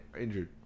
injured